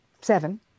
seven